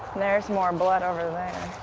there's more and blood over there.